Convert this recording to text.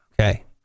Okay